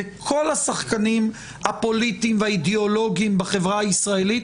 וכל השחקנים הפוליטיים והאידאולוגיים בחברה הישראלית